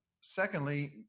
Secondly